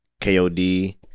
KOD